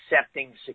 accepting